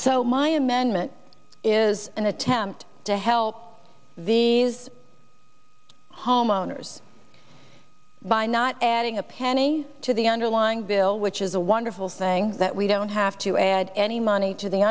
so my amendment is an attempt to help these homeowners by not adding a penny to the underlying bill which is a wonderful thing that we don't have to add any money to the